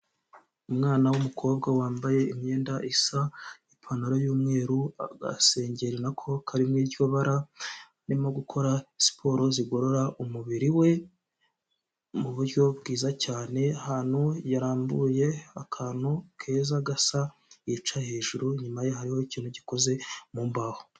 Umwana w'umukobwa wambaye imyenda isa , ipantalo y' umweru, agasengeri nako karimo iryo bara , arimo gukora siporo zigorora umubiri we , muburyo bwiza cyane, ahantu yarambuye akantu keza gasa yicaye hejuru , inyuma ye hariho ikintu gikoze mu mbaho.